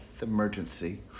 emergency